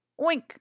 Oink